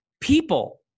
people